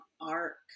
arc